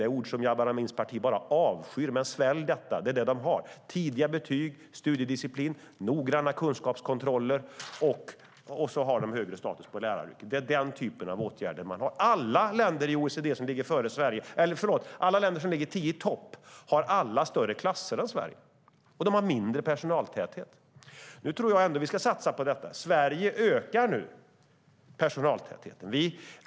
Det är ord som Jabar Amins parti avskyr men får svälja, för dessa länder har tidiga betyg, studiedisciplin, noggranna kunskapskontroller och högre status på läraryrket. Alla länder som ligger tio-i-topp har större klasser än Sverige och lägre personaltäthet. Jag tror ändå att vi ska satsa på det. I Sverige ökar vi nu personaltätheten.